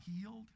healed